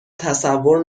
تصور